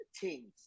teams